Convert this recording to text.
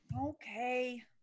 Okay